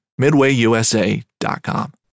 MidwayUSA.com